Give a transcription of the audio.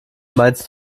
meinst